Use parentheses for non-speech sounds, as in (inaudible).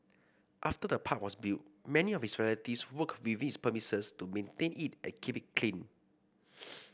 after the park was built many of his relatives worked within its premises to maintain it and keep it clean (noise)